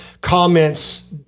comments